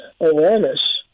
awareness